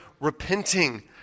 repenting